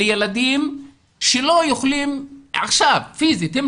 לילדים שלא יכולים עכשיו פיזית ללמוד מרחוק.